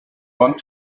want